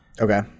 Okay